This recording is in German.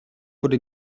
wurde